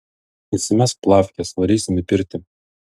įsimesk plafkes varysim į pirtį